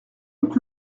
luc